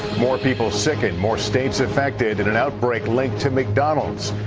more people sickened, more states affected in an outbreak linked to mcdonald's.